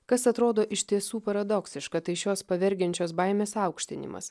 kas atrodo iš tiesų paradoksiška tai šios pavergiančios baimės aukštinimas